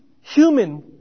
human